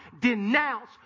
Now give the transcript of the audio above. denounce